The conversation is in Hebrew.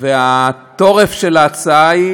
והתורף של ההצעה הוא